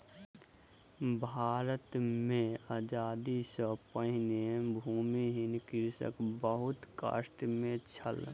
भारत मे आजादी सॅ पहिने भूमिहीन कृषक बहुत कष्ट मे छल